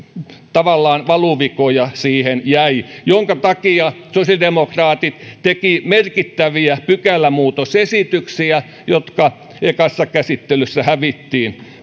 tavallaan valuvikoja siihen jäi minkä takia sosiaalidemokraatit tekivät merkittäviä pykälämuutosesityksiä jotka ekassa käsittelyssä hävisimme